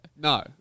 No